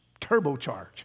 turbocharge